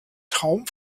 traum